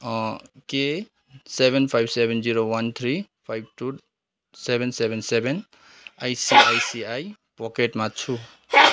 के seven five seven zero one three five two seven seven seven I C I C I पकेटमा छु